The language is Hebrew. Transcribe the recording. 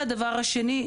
דבר שני,